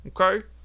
Okay